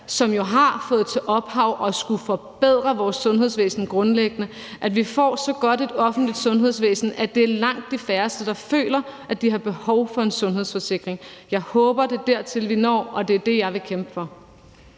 som jo har fået til opgave at forbedre vores sundhedsvæsen grundlæggende, at vi nu får så godt et offentligt sundhedsvæsen, at det er langt de færreste, der føler, at de har behov for en sundhedsforsikring. Jeg håber, at det er dertil, vi når, og det er det, jeg vil kæmpe for.